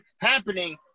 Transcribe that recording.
happening